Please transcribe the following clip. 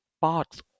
parts